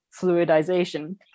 fluidization